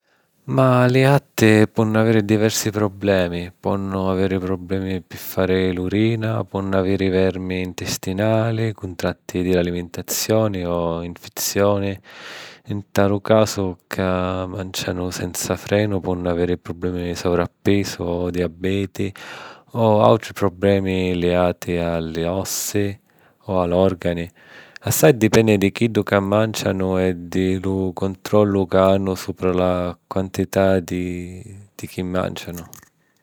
Ma li jatti ponnu aviri diversi prublemi: ponnu aviri prublemi pi fari l'urina, ponnu aviri vermi ntistinali cuntratti di l'alimentazioni o nfizioni, nta lu casu ca màncianu senza frenu ponnu aviri prublemi di sovrappisu o diabeti o àutri prublemi liati a li ossi o a l'òrgani. Assai dipenni di chiddu ca màncianu e di lu cuntrollu ca hannu supra la quantità di chi màncianu.